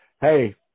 hey